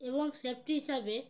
এবং সেফটি হিসাবে